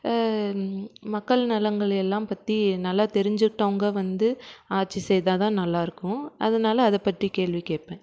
மக்கள் நலன்கள் எல்லாம் பற்றி நல்லா தெரிஞ்சுக்கிட்டவங்கள் வந்து ஆட்சி செய்தால்தான் நல்லாயிருக்கும் அதனால் அதை பற்றி கேள்வி கேட்பேன்